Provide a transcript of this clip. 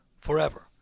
forever